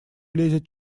лезет